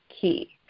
key